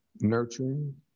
nurturing